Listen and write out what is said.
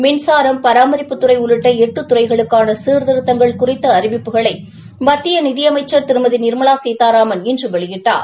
மின்சாரம் பராமரிப்புத்துறை உள்ளிட்ட எட்டு துறைகளுக்கான சீர்திருத்தங்கள் குறித்த அறிவிப்புகளை மத்திய நிதி அமைச்சன் திருமதி நிர்மலா சீதாராமன் இன்று வெளியிட்டார்